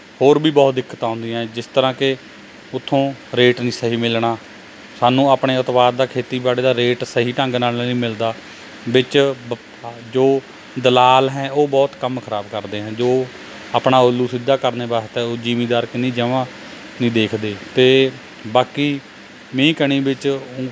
ਹੋਰ ਵੀ ਬਹੁਤ ਦਿੱਕਤਾਂ ਆਉਂਦੀਆਂ ਜਿਸ ਤਰ੍ਹਾਂ ਕਿ ਉੱਥੋਂ ਰੇਟ ਨਹੀਂ ਸਹੀ ਮਿਲਣਾ ਸਾਨੂੰ ਆਪਣੇ ਉਤਪਾਦ ਦਾ ਖੇਤੀਬਾੜੀ ਦਾ ਰੇਟ ਸਹੀ ਢੰਗ ਨਾਲ਼ ਨਹੀਂ ਮਿਲਦਾ ਵਿੱਚ ਜੋ ਦਲਾਲ ਹੈ ਉਹ ਬਹੁਤ ਕੰਮ ਖਰਾਬ ਕਰਦੇ ਹੈ ਜੋ ਆਪਣਾ ਉੱਲੂ ਸਿੱਧਾ ਕਰਨ ਵਾਸਤੇ ਜਿਮੀਦਾਰਾਂ ਕਿੰਨੀ ਜਮ੍ਹਾਂ ਨਹੀਂ ਦੇਖਦੇ ਅਤੇ ਬਾਕੀ ਮੀਂਹ ਕਣੀ ਵਿੱਚ ਉਹ